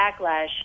backlash